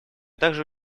также